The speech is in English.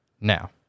Now